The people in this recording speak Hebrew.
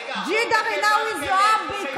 ג'ידא רינאוי זועבי.